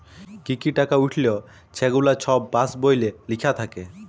কি কি টাকা উইঠল ছেগুলা ছব পাস্ বইলে লিখ্যা থ্যাকে